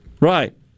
Right